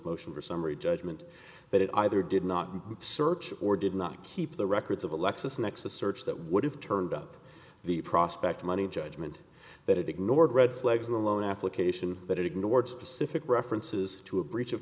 motion for summary judgment that it either did not search or did not keep the records of a lexis nexis search that would have turned up the prospect money judgment that it ignored red flags in the loan application that ignored specific references to a breach of